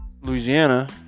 Louisiana